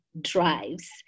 drives